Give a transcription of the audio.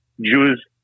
Jews